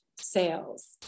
sales